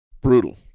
brutal